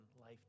life